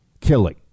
killing